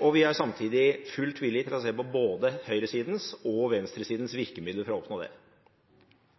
og vi er samtidig fullt villig til å se på både høyresidens og venstresidens virkemidler for å oppnå det.